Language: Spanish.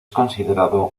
considerado